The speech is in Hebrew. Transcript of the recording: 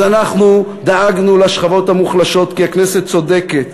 אז אנחנו דאגנו לשכבות המוחלשות, כי הכנסת צודקת.